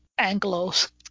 Anglos